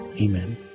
Amen